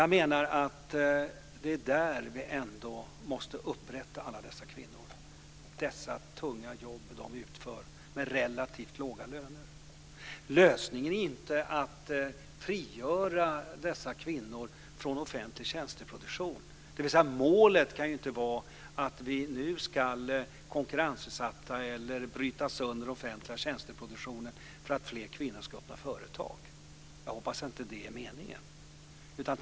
Jag menar att vi måste upprätta alla dessa kvinnor och alla de tunga jobb de utför med relativt låga löner. Lösningen är inte att frigöra dessa kvinnor från offentlig tjänsteproduktion, dvs. målet kan inte vara att vi nu ska konkurrensutsätta eller bryta sönder den offentliga tjänsteproduktionen för att fler kvinnor ska öppna företag. Jag hoppas inte det är meningen.